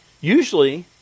Usually